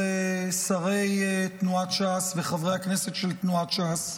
שרי תנועת ש"ס וחברי הכנסת של תנועת ש"ס,